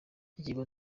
ikigo